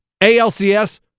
ALCS